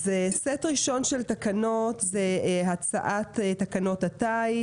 סט ראשון של תקנות הוא הצעת תקנות הטיס